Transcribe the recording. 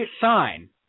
sign